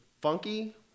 funky